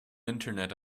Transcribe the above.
internet